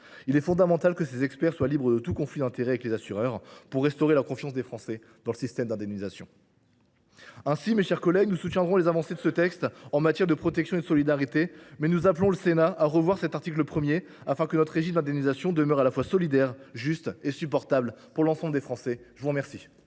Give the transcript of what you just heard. Il est fondamental que ces experts soient libres de tout conflit d’intérêts avec les assureurs, si tant est que l’on veuille restaurer la confiance des Français dans le système d’indemnisation. Ainsi, mes chers collègues, nous soutiendrons les avancées de ce texte en matière de protection et de solidarité, mais nous appelons le Sénat à modifier l’article 1, afin que notre régime d’indemnisation demeure à la fois solidaire, juste et supportable pour l’ensemble des Français. La parole